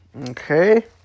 Okay